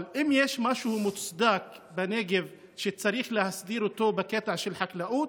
אבל אם יש משהו מוצדק בנגב זה שצריך להסדיר אותו בקטע של חקלאות,